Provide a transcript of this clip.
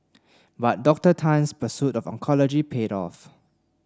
but Dr Tan's pursuit of oncology paid off